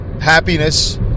happiness